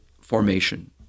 formation